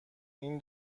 این